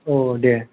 औ दे